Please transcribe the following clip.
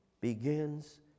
begins